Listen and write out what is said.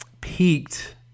peaked